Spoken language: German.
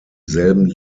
selben